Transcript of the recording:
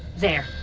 there,